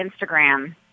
Instagram